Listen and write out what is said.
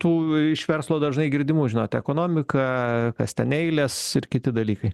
tų iš verslo dažnai girdimų žinote ekonomika kas ten eilės ir kiti dalykai